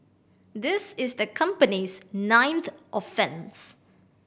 this is the company's ninth offence